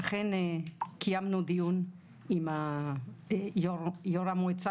אכן קיימנו דיון עם יו"ר המועצה